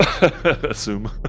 Assume